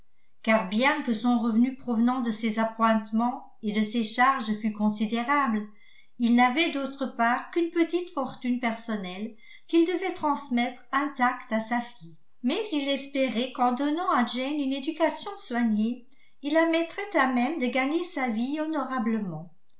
car bien que son revenu provenant de ses appointements et de ses charges fût considérable il n'avait d'autre part qu'une petite fortune personnelle qu'il devait transmettre intacte à sa fille mais il espérait qu'en donnant à jane une éducation soignée il la mettrait à même de gagner sa vie honorablement